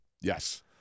Yes